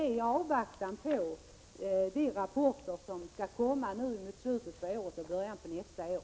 Vi avvaktar de rapporter som skall komma i slutet av året och början av nästa år.